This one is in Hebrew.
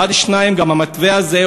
1. 2. המתווה הזה,